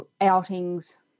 outings